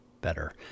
better